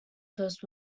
first